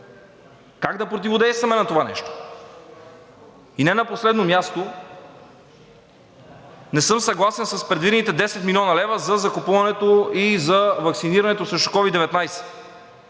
как да противодействаме на това нещо? И не на последно място, не съм съгласен с предвидените 10 млн. лв. за закупуването и за ваксинирането срещу COVID-19.